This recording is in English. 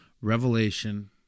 revelation